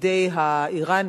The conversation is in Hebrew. מידי האירנים